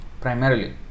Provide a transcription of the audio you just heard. primarily